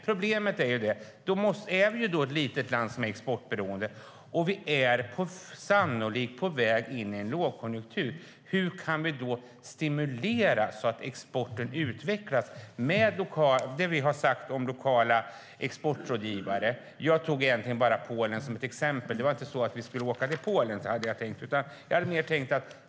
Problemet är att vi är ett litet land som är exportberoende som sannolikt är på väg in i en lågkonjunktur. Hur kan vi stimulera så att exporten utvecklas med det vi sagt om lokala exportrådgivare? Jag tog bara Polen som exempel. Det var inte så att vi skulle åka till Polen.